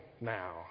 now